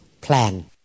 plan